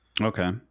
okay